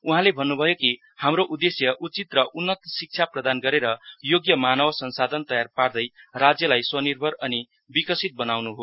उहाँले भन्नु भयो कि हाम्रो उद्देश्य उचित र उन्नत शिक्षा प्रदान गरेर योग्य मानव संसाधन तयार पार्दै राज्यलाई स्वनिर्भर अनि विकसित बनाउनु हो